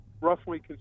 roughly